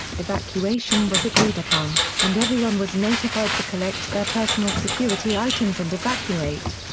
evacuation was agreed upon, and everyone was notified to collect their personal security items and evacuate.